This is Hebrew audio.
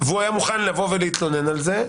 והוא היה מוכן לבוא ולהתלונן על זה,